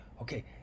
Okay